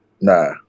nah